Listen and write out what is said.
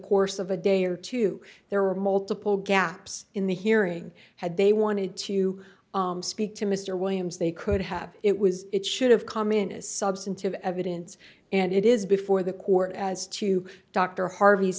course of a day or two there were multiple gaps in the hearing had they wanted to speak to mr williams they could have it was it should have come in as substantive evidence and it is before the court as to dr harvey